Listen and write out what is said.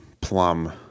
plum